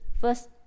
First